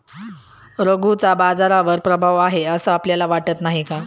रघूचा बाजारावर प्रभाव आहे असं आपल्याला वाटत नाही का?